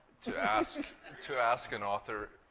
to ask to ask an author,